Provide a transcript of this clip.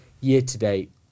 year-to-date